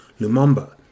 Lumumba